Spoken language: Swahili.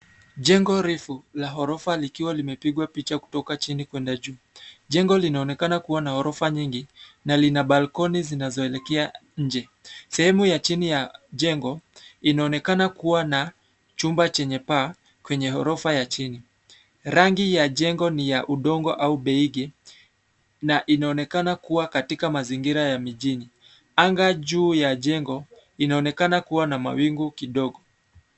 Jengo refu la ghorofa likiwa limepigwa picha kutoka chini kwenda juu. Jengo linaonekana kuwa na ghorofa nyingi, na lina balkoni zinazoelekea nje. Sehemu ya chini ya jengo, inaonekana kuwa na, chumba chenye paa, kwenye ghorofa ya chini. Rangi ya jengo ni ya udongo au beigi, na inaonekana kuwa katika mazingira ya mijini. Anga juu ya jengo, inaonekana kuwa na mawingu kidogo.